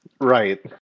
right